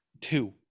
two